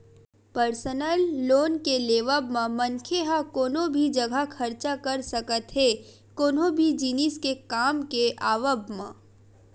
personal loan के लेवब म मनखे ह कोनो भी जघा खरचा कर सकत हे कोनो भी जिनिस के काम के आवब म